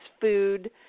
food